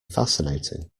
fascinating